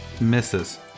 Misses